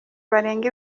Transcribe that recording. barenga